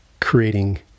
creating